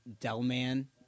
Delman